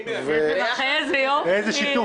איזה יופי.